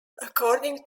according